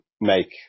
make